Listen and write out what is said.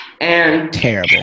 Terrible